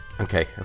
Okay